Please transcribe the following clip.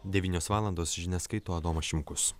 devynios valandos žinias skaito adomas šimkus